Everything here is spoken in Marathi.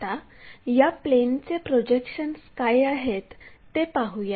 आता या प्लेनचे प्रोजेक्शन्स काय आहेत ते पाहूया